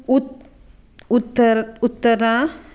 उत् उत्तर उत्तरां